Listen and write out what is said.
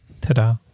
Ta-da